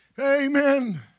amen